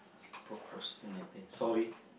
procrastinating sorry